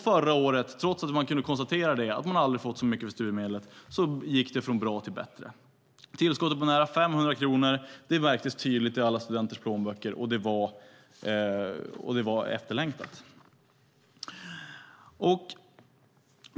Förra året - trots att man kunde konstatera att man aldrig tidigare hade fått så mycket för studiemedlen - gick det från bra till bättre. Tillskottet på nära 500 kronor märktes tydligt i alla studenters plånböcker, och det var efterlängtat.